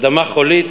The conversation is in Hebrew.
אדמה חולית,